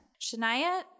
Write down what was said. Shania